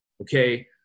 okay